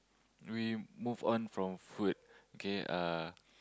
we move on from food okay uh